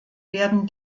werden